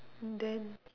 then